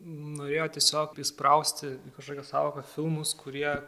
norėjo tiesiog įsprausti į kažkokią sąvoką filmus kurie